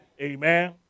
amen